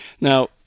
Now